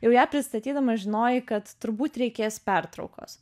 jau ją pristatydama žinojai kad turbūt reikės pertraukos